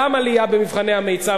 גם עלייה במבחני המיצ"ב,